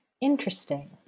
Interesting